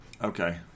Okay